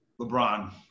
LeBron